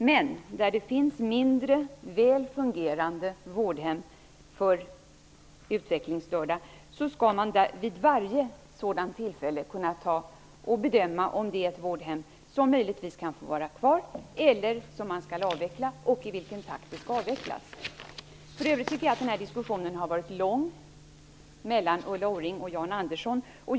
Men där det finns mindre, väl fungerande vårdhem för utvecklingsstörda skall man vid varje sådant tillfälle kunna bedöma om det är ett vårdhem som möjligtvis kan få vara kvar eller om det skall avvecklas, och i vilken takt det skall avvecklas. För övrigt tycker jag att diskussionen mellan Ulla Orring och Jan Andersson har varit lång.